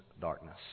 darkness